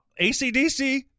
acdc